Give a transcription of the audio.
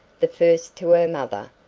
the first to her mother,